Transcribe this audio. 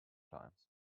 climbs